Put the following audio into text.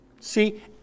See